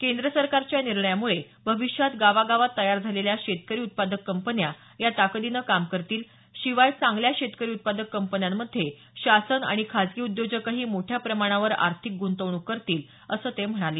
केंद्र सरकारच्या या निर्णयामुळे भविष्यात गावागावात तयार झालेल्या शेतकरी उत्पादक कंपन्या या ताकदीने काम करतील शिवाय चांगल्या शेतकरी उत्पादक कंपन्यांमध्ये शासन आणि खासगी उद्योजकही मोठ्या प्रमाणावर आर्थिक गुंतवणूक करतील असं ते म्हणाले